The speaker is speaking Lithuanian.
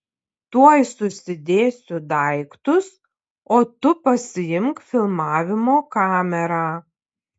tuoj susidėsiu daiktus o tu pasiimk filmavimo kamerą